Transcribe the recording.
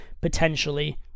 potentially